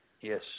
Yes